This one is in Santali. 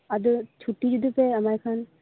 ᱟᱫᱚ ᱪᱷᱩᱴᱤ ᱡᱩᱫᱤ ᱯᱮ ᱮᱢᱟᱭ ᱠᱷᱟᱱ